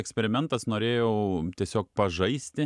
eksperimentas norėjau tiesiog pažaisti